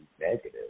negative